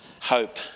hope